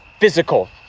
physical